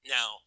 Now